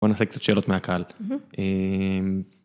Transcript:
בוא נעשה קצת שאלות מהקהל.